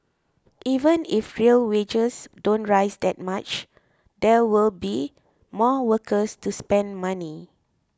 even if real wages don't rise that much there will be more workers to spend money